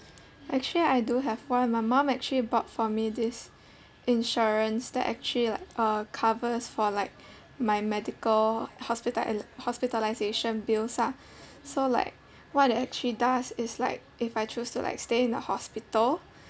actually I do have one my mum actually bought for me this insurance that actually like uh covers for like my medical hospita~ hospitalisation bills ah so like what it actually does is like if I choose to like stay in the hospital